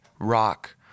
rock